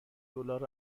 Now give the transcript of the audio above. دلار